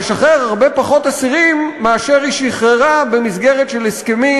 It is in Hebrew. לשחרר הרבה פחות אסירים מאשר היא שחררה במסגרת של הסכמים,